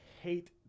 hate